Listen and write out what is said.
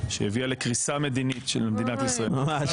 שהביאה לקריסה מדינית של מדינת ישראל --- ממש.